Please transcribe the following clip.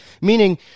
meaning